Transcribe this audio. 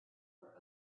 were